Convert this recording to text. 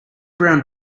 brown